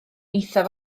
eithaf